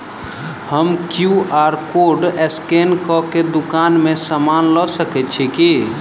हम QR code scan कऽ केँ दुकान मे समान लऽ सकैत छी की?